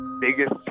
Biggest